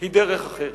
היא דרך אחרת.